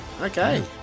Okay